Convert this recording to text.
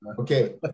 okay